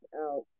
out